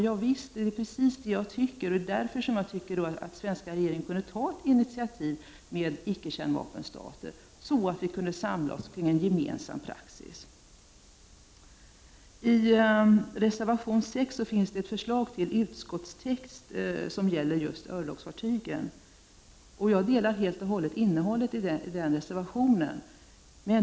Ja, det är därför som jag tycker att svenska regeringen kunde ta ett initiativ tillsammans med icke-kärnvapenstater, så att vi samlar oss kring en gemensam praxis. I reservation 6 finns ett förslag till utskottstext som gäller just örlogsfartygen, och jag delar helt och hållet innehållet i den reservationen.